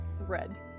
red